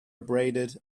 abraded